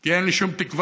כי אין לי שום תקווה.